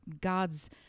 God's